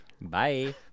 Bye